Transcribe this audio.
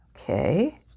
Okay